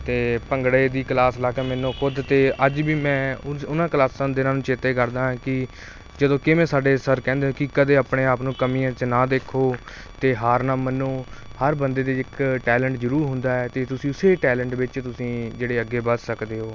ਅਤੇ ਭੰਗੜੇ ਦੀ ਕਲਾਸ ਲਾ ਕੇ ਮੈਨੂੰ ਖ਼ੁਦ 'ਤੇ ਅੱਜ ਵੀ ਮੈਂ ਉਂਝ ਉਹਨਾਂ ਕਲਾਸਾਂ ਦਿਨਾਂ ਨੂੰ ਚੇਤੇ ਕਰਦਾ ਹਾਂ ਕੀ ਜਦੋਂ ਕਿਵੇਂ ਸਾਡੇ ਸਰ ਕਹਿੰਦੇ ਕੀ ਕਦੇ ਆਪਣੇ ਆਪ ਨੂੰ ਕਮੀਆਂ 'ਚ ਨਾ ਦੇਖੋ ਅਤੇ ਹਾਰ ਨਾ ਮੰਨੋ ਹਰ ਬੰਦੇ ਦੇ ਇੱਕ ਟੈਲੈਂਟ ਜ਼ਰੂਰ ਹੁੰਦਾ ਹੈ ਅਤੇ ਤੁਸੀਂ ਉਸੇ ਟੈਲੈਂਟ ਵਿੱਚ ਤੁਸੀਂ ਜਿਹੜੇ ਅੱਗੇ ਵੱਧ ਸਕਦੇ ਹੋ